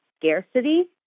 scarcity